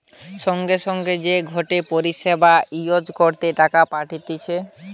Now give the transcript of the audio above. সঙ্গে সঙ্গে যে গটে পরিষেবা ইউজ করে টাকা পাঠতিছে